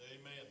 Amen